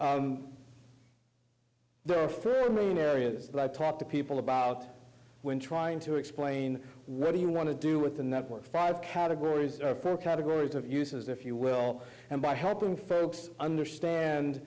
are three main areas that i talk to people about when trying to explain what do you want to do with the network five categories for categories of uses if you will and by helping folks understand